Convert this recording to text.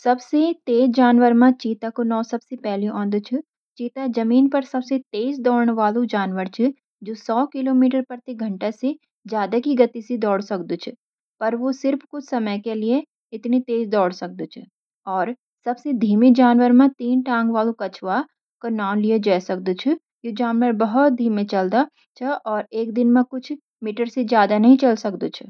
सबसे तेज़ जानवर म चीता का नाम सबसे ऊपर आंणदा छ। चीता ज़मीन पर सबसे तेज़ दौड़ण वाला जानवर च, जो सौ किलोमीटर प्रति घंटा से भी ज्यादा की गति से दौड़ सक्दुं छ, पर वो सिर्फ कुछ समय के लिए इतनी तेज़ दौड़ सकता छ। सबसे धीमे जानवर में तीन टाँग वाला कछुआ का नाम लिया जा सकदु छ। यो जानवर बहुत धीमा चलता च, और एक दिन में कुछ मीटर से ज्यादा नहीं चल सकदू छ।